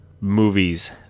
movies